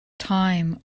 time